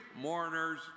mourners